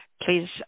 please